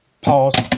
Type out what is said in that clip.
Pause